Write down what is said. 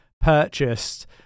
purchased